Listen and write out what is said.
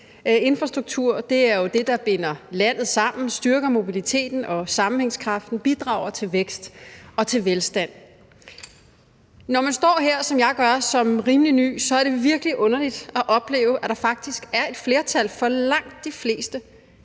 Infrastruktur er jo det, der binder landet sammen, styrker mobiliteten og sammenhængskraften, bidrager til vækst og til velstand. Når man står her som rimelig ny, som jeg gør, så er det virkelig underligt at opleve, at der faktisk er et flertal for langt de fleste